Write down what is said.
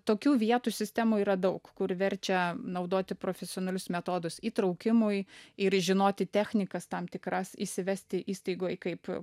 tokių vietų sistemų yra daug kur verčia naudoti profesionalius metodus įtraukimui ir žinoti technikas tam tikras įsivesti įstaigoj kaip